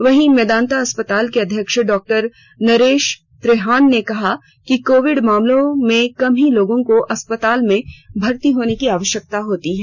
वहीं मेदांता अस्पताल के अध्यक्ष डॉक्टर नरेश त्रेहन ने कहा कि कोविड मामलों में कम ही लोगों को अस्पताल में भर्ती होने की आवश्यकता होती है